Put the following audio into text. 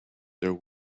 there